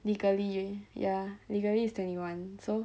legally ya legally is twenty one so